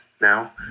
now